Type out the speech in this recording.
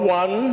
one